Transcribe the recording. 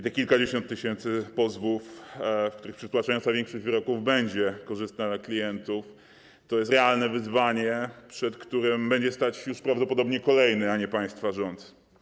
Te kilkadziesiąt tysięcy pozwów, w przypadku których przytłaczająca większość wyroków będzie korzystna dla klientów, to jest realne wyzwanie, przed którym będzie stać już prawdopodobnie kolejny, a nie państwa rząd.